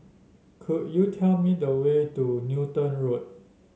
could you tell me the way to Newton Road